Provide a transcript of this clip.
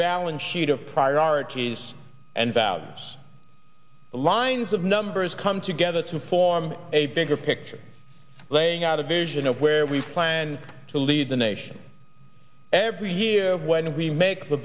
balance sheet of priorities and values lines of numbers come together to form a bigger picture laying out a vision of where we plan to lead the nation every year when we make the